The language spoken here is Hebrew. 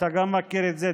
אתה מכיר גם את זה,